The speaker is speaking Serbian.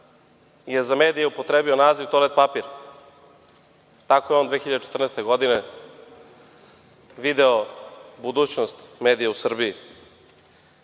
je za medije upotrebio naziv „toalet papir“, tako je on 2014. godine video budućnost medija u Srbiji,